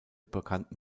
bekannten